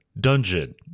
dungeon